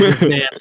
man